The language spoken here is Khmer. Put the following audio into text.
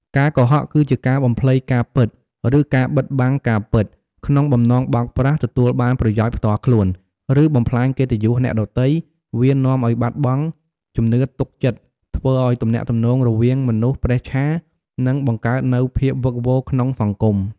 ការកុហក គឺជាការបំភ្លៃការពិត ឬការបិទបាំងការពិត ក្នុងបំណងបោកប្រាស់ ទទួលបានប្រយោជន៍ផ្ទាល់ខ្លួន ឬបំផ្លាញកិត្តិយសអ្នកដទៃ វានាំឱ្យបាត់បង់ជំនឿទុកចិត្ត ធ្វើឲ្យទំនាក់ទំនងរវាងមនុស្សប្រេះឆា និងបង្កើតនូវភាពវឹកវរក្នុងសង្គម។